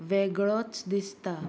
वेगळोच दिसता